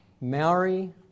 Maori